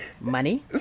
Money